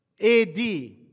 AD